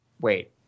Wait